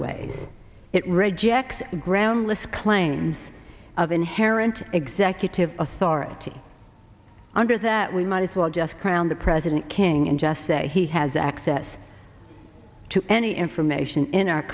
ways it rejects groundless claims of inherent executive authority under that we might as well just crown the president king and just say he has access to any information in our